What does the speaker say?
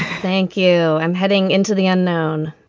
thank you i'm heading into the unknown